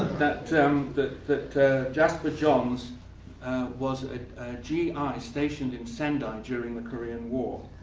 um that that jasper johns was a gi stationed in sendai during the korean war.